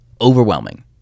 overwhelming